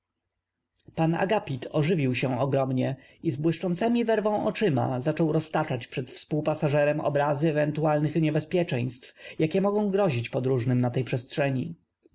p a gapit ożywił się ogrom nie i z błyszczącemi w erw ą oczyma zaczął roztaczać przed w spółpasażerem obrazy ew entualnych niebez pieczeństw jakie m ogą grozić podróżnym na tej przestrzeni